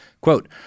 Quote